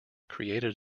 created